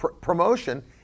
Promotion